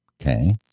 Okay